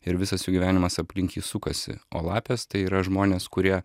ir visas jų gyvenimas aplink jį sukasi o lapės tai yra žmonės kurie